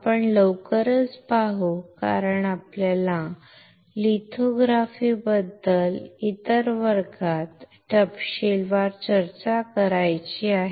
आपण लवकरच पाहू कारण आपल्याला लिथोग्राफी बद्दल इतर वर्गात तपशीलवार चर्चा करायची आहे